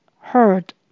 heard